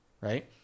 right